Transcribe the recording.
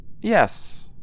Yes